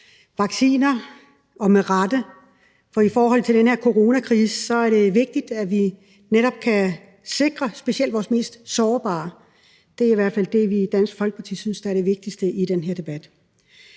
vacciner – og med rette. For i forhold til den her coronakrise er det vigtigt, at vi netop kan sikre specielt vores mest sårbare. Det er i hvert fald det, vi i Dansk Folkeparti synes er det vigtigste i den her debat.